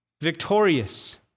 victorious